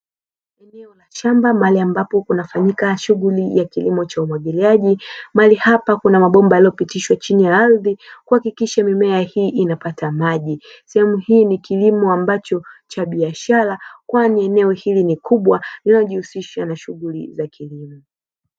Shamba mahali ambapo kunafanyika shughuli ya kilimo cha umwagiliaji, mahali hapa kuna mabomba yaliyopitishwa chini ya ardhi kuhakikisha mimea hii inapata maji. Sehemu hii ni kilimo ambacho cha biashara, kwani eneo hili ni kubwa linalojihusisha na shughuli za kilimo.